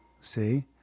See